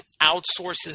outsources